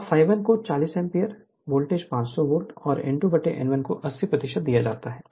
अब ∅1 को 40 ampere V 500 volt और n2n1 को 80 दिया जाता है